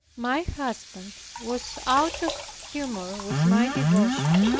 my husband was out of humor with my devotion.